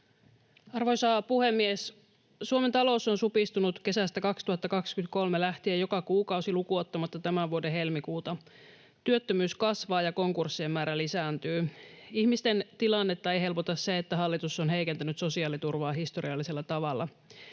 Arvoisa puhemies! Suomen talous on supistunut kesästä 2023 lähtien joka kuukausi lukuun ottamatta tämän vuoden helmikuuta. Työttömyys kasvaa, ja konkurssien määrä lisääntyy. Ihmisten tilannetta ei helpota se, että hallitus on heikentänyt sosiaaliturvaa historiallisella tavalla.